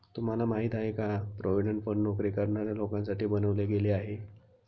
तुम्हाला माहिती आहे का? प्रॉव्हिडंट फंड नोकरी करणाऱ्या लोकांसाठी बनवले गेले आहे